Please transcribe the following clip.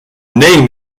name